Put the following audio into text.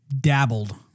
dabbled